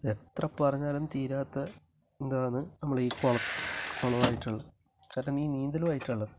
എത്ര പറഞ്ഞാലും തീരാത്ത ഇതാണ് നമ്മുടെ ഈ കുളം കുളവുമായിട്ടുള്ളത് കാരണം ഈ നീന്തലുമായിട്ട് ഉള്ളത്